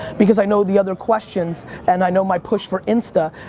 because i know the other questions and i know my push for insta.